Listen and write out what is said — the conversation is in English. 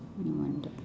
only one dog